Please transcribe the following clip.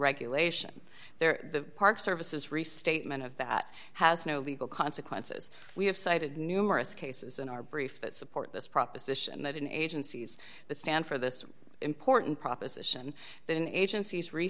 regulation they're the park services restatement of that has no legal consequences we have cited numerous cases in our brief that support this proposition that in agencies that stand for this important proposition that agencies re